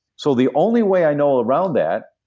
so the only way i know around that,